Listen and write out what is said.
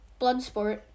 Bloodsport